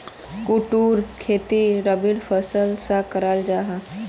कुट्टूर खेती रबी फसलेर सा कराल जाहा